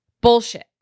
Bullshit